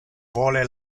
vole